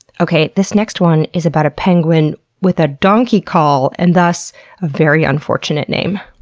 okay, this next one is about a penguin with a donkey call and thus a very unfortunate name.